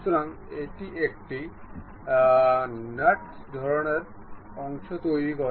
সুতরাং এটি একটি নাটস ধরনের অংশ তৈরি করে